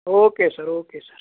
okay sir okay sir